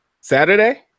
Saturday